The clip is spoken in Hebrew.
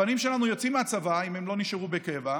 הבנים שלנו יוצאים מהצבא, אם הם לא נשארו בקבע,